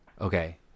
Okay